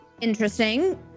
interesting